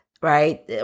right